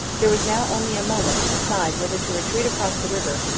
there was now only a moment to decide whether to retreat across the river,